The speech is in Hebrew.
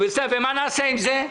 ומה נעשה עם זה?